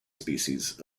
species